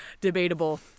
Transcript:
Debatable